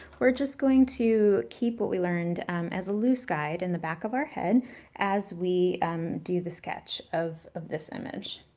we're just going to keep what we learned as a loose guide in the back of our head as we um do the sketch of of this image.